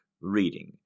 reading